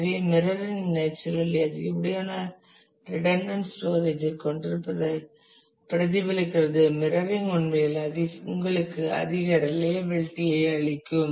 எனவே mirroring naturally அதிகப்படியான redundant storage ஐக் கொண்டிருப்பதை பிரதிபலிக்கிறது மிரரரிங் உண்மையில் உங்களுக்கு அதிக ரிலையபிளிட்டி ஐ அளிக்கும்